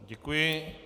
Děkuji.